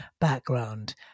background